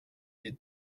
die